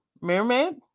mermaid